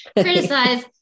criticize